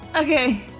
Okay